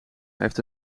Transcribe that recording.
heeft